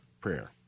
prayer